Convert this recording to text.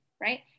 right